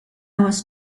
was